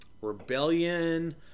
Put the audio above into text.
rebellion